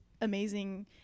amazing